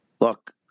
Look